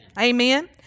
Amen